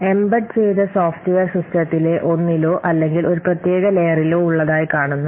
embed ചെയ്ത software സിസ്റ്റത്തിലെ ഒന്നിലോ അല്ലെങ്കിൽ ഒരു പ്രത്യേക ലെയറിലോ ഉള്ളതായി കാണുന്നു